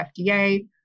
FDA